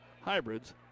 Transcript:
Hybrids